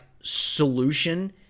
solution